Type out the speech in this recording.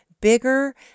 bigger